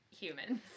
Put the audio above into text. humans